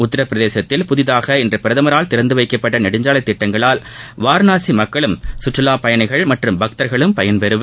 உத்தரப் பிரதேசத்தில் புதிதாக இன்று பிரதமரால் திறந்து பவைக்கப்பட்ட நெடுஞ்சாவைத் திட்டங்களால் வாரணாசி மக்களும் சுற்றுலாப் பயணிகள் மற்றும் பக்தர்களும் பயன்பெறுவர்